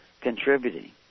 contributing